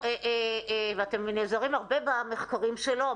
ואתם נעזרים הרבה במחקרים שלו,